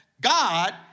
God